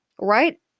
right